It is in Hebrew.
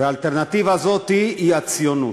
והאלטרנטיבה הזאת היא הציונות.